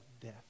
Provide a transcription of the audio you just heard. death